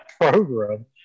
program